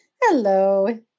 Hello